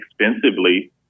expensively